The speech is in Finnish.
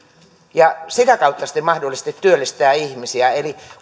ja sitä kautta sitten mahdollisesti työllistää ihmisiä eli